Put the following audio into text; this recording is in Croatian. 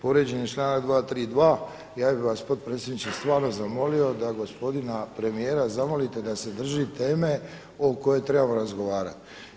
Povrijeđen je članak 232. ja bih vas potpredsjedniče stvarno zamolio da gospodina premijera zamolite da se drži teme o kojoj trebamo razgovarati.